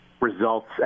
results